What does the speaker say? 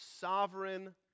sovereign